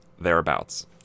thereabouts